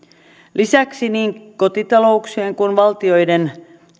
lisäksi niin kotitalouksien kuin valtioidenkin